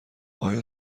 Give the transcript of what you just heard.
آیا